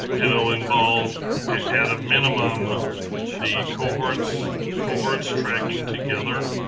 it'll involve at a minimum the cohorts cohorts tracking together,